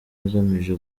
agamije